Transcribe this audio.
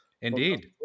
Indeed